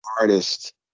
artist